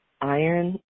Iron